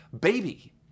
baby